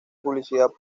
publicidad